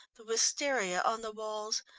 the wisteria on the walls,